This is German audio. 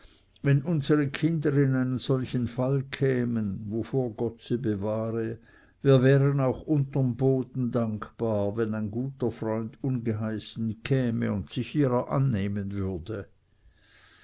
wenn unsere kinder in einen solchen fall kämen wovor gott sie bewahre wir wären auch unterm boden dankbar wenn ein guter freund ungeheißen käme und sich ihrer annehmen würde